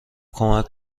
کمک